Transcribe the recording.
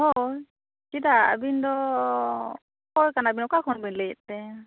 ᱦᱳᱭ ᱪᱮᱫᱟᱜ ᱟᱹᱵᱤᱱ ᱫᱚ ᱚᱠᱚᱭ ᱠᱟᱱᱟ ᱵᱤᱱ ᱚᱠᱟ ᱠᱷᱚᱱ ᱵᱤᱱ ᱞᱟᱹᱭᱮᱫ ᱛᱮ